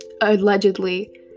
allegedly